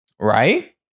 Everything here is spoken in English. Right